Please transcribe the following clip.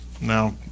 Now